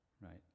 right